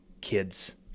kids